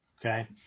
Okay